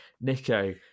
Nico